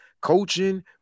coaching